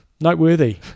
noteworthy